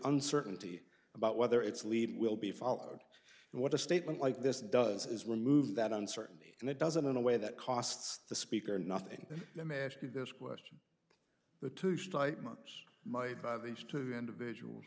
uncertainty about whether it's lead will be followed and what a statement like this does is remove that uncertainty and it doesn't in a way that costs the speaker nothing let me ask you this question the two should light moms might these two individuals